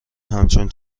همچون